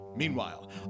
Meanwhile